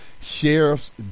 sheriff's